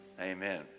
Amen